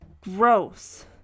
Gross